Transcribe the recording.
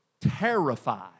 terrified